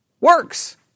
works